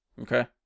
Okay